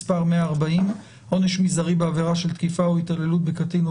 140) (עונש מזערי בעבירה של תקיפה או התעללות בקטין או